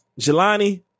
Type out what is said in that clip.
Jelani